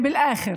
זה בסוף.